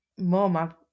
Mom